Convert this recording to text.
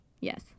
Yes